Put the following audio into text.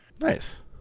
nice